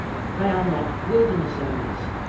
they are not wilderness areas.